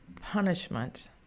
punishment